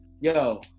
yo